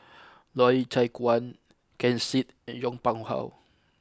Loy Chye Chuan Ken Seet and Yong Pung How